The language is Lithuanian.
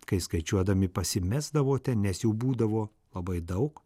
kai skaičiuodami pasimesdavote nes jų būdavo labai daug